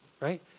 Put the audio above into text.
right